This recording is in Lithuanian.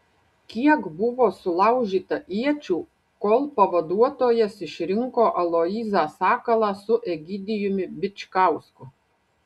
kiek buvo sulaužyta iečių kol pavaduotojas išrinko aloyzą sakalą su egidijumi bičkausku